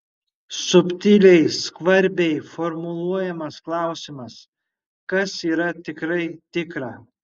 subtiliai skvarbiai formuluojamas klausimas kas yra tikrai tikra